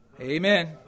Amen